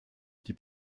die